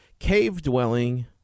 cave-dwelling